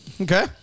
Okay